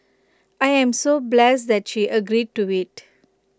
I'm so blessed that she agreed to IT